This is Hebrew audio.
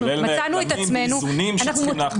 כולל בלמים ואיזונים שצריכים להכניס.